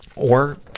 or